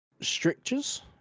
strictures